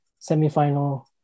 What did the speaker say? semifinal